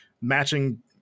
matching